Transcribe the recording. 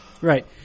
Right